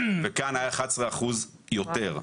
וכאן היה 11% יותר.